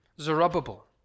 Zerubbabel